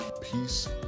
Peace